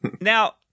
Now